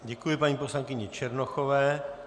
Děkuji paní poslankyni Černochové.